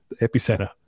epicenter